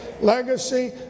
legacy